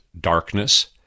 darkness